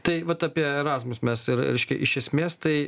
tai vat apie erasmus mes ir reiškia iš esmės tai